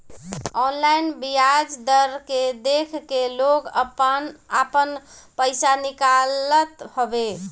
online बियाज दर के देख के लोग आपन पईसा निकालत हवे